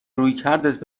رویکردت